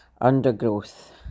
undergrowth